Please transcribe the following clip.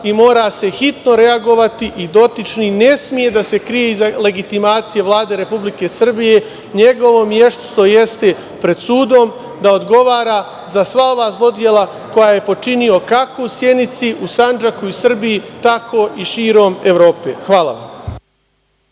i mora se hitno reagovati i dotični ne sme da se krije iza legitimacije Vlade Republike Srbije, njegovo mesto jeste pred sudom, da odgovara za sva ova zlodela koja je počinio, kaku u Sjenici, u Sandžaku i Srbiji, tako i širom Evrope. Hvala vam.